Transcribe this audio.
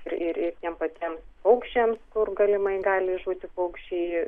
ir ir tiem patiem paukščiams kur galimai gali žūti paukščiai